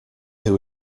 who